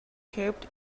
kept